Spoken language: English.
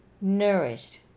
nourished